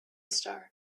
star